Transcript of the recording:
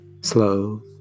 slow